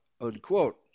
unquote